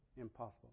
impossible